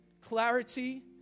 clarity